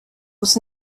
was